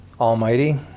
almighty